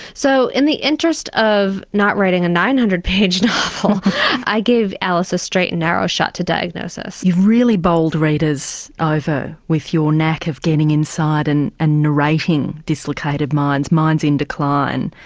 so in the interest of not writing a nine hundred page novel i gave alice a straight and narrow shot to diagnosis. you've really bowled readers over with your knack of getting inside and and narrating dislocated minds, minds in decline.